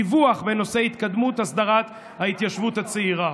דיווח בנושא התקדמות הסדרת ההתיישבות הצעירה.